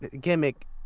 gimmick